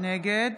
נגד